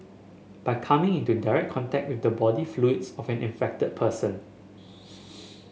by coming into direct contact with the body fluids of an infected person